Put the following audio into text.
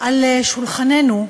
על שולחננו,